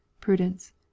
Prudence